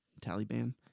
Taliban